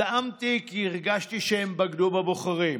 זעמתי כי הרגשתי שהם בגדו בבוחרים,